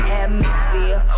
atmosphere